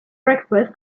breakfast